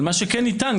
אבל מה שכן ניתן,